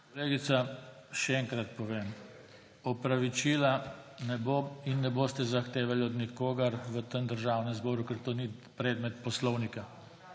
Kolegica, še enkrat povem. Opravičila ne bo in ne boste zahtevali od nikogar v tem državnem zboru, ker to ni predmet poslovnika.